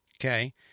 Okay